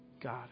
God